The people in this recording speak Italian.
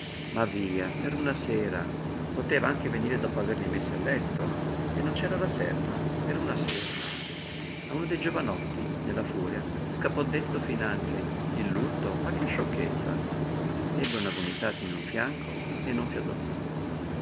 ma via per una sera poteva anche venire dopo averli messi a letto e non c'era la serva per una sera a uno dei giovanotti nella furia scappò detto finanche il lutto ma che sciocchezza ebbe una gomitata in un fianco e non fiatò piú